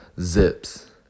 zips